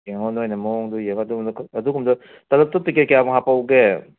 ꯌꯦꯡꯉꯣ ꯅꯣꯏꯅ ꯃꯑꯣꯡꯗꯣ ꯌꯦꯡꯉ ꯑꯗꯨꯒꯨꯝꯕꯗꯣ ꯇꯂꯞꯇꯣ ꯄꯦꯛꯀꯦꯠ ꯀꯌꯥꯝ ꯍꯥꯄꯛꯎꯒꯦ